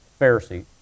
Pharisee